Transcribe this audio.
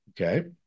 Okay